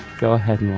go ahead yeah